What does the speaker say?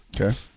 Okay